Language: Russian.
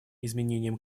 изменением